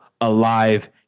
alive